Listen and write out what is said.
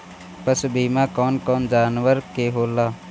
पशु बीमा कौन कौन जानवर के होला?